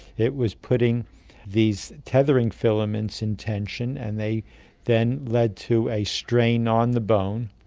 it was putting these tethering filaments in tension and they then led to a strain on the bone,